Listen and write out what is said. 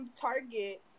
Target